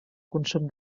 consum